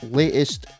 latest